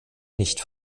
nicht